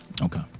Okay